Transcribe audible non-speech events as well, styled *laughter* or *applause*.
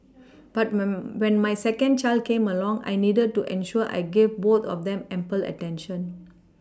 *noise* but when my when my second child came along I needed to ensure I gave both of them ample attention